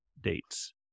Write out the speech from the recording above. dates